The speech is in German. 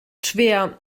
schwer